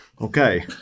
Okay